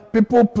People